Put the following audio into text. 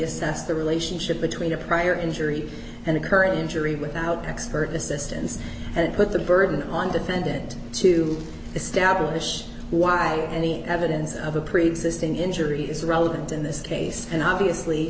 assessed the relationship between a prior injury and a current injury without expert assistance and put the burden on defendant to establish why any evidence of a preexisting injury is relevant in this case and obviously